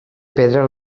pedra